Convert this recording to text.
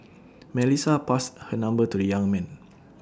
Melissa passed her number to the young man